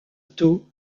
taux